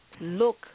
look